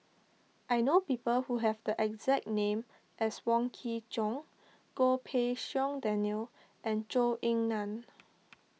I know people who have the exact name as Wong Kin Jong Goh Pei Siong Daniel and Zhou Ying Nan